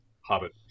hobbit